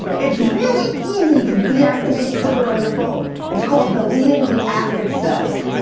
it's really easy to deactivate twitter on your phone. it's called deleting the app itself.